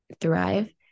thrive